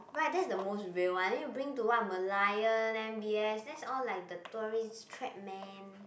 right that's the most real one then you bring to what Merlion M_B_S that's all like the tourist trap man